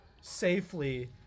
safely